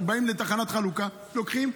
באים לתחנות חלוקה, לוקחים.